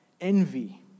Envy